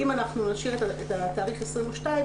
אם נשאיר את התאריך 22.6,